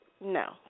no